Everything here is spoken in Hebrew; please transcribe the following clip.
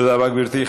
תודה רבה, גברתי.